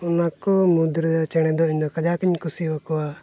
ᱚᱱᱟᱠᱚ ᱢᱩᱫᱽᱨᱮ ᱪᱮᱬᱮ ᱫᱚ ᱤᱧᱫᱚ ᱠᱟᱡᱟᱠ ᱤᱧ ᱠᱩᱥᱤ ᱟᱠᱚᱣᱟ